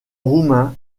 roumain